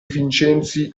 vincenzi